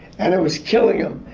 and it was killing him.